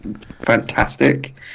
fantastic